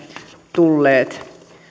tulleet